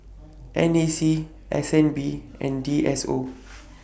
N A C S N B and D S O